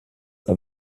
are